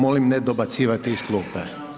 Molim ne dobacivati iz klupe.